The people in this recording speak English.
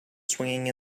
swinging